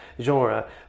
genre